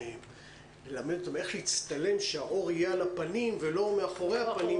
אלומות אור הוא פילנטרופי חברתי שעוסק בקידום מצוינות בחינוך המיוחד.